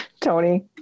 Tony